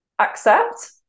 accept